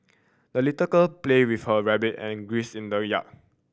the little girl play with her rabbit and geese in the yard